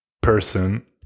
person